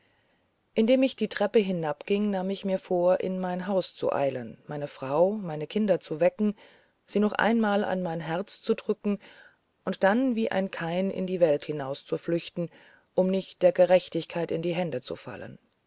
indem ich die treppe hinabging nahm ich mir vor in mein haus zu eilen meine frau meine kinder zu wecken sie noch einmal an mein herz zu drücken dann wie ein kain in die welt hinaus zu flüchten um nicht der gerechtigkeit in die hände zu fallen